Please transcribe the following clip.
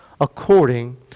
according